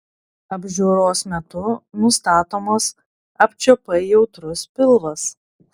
apžiūros metu nustatomas apčiuopai jautrus pilvas